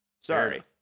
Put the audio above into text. sorry